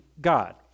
God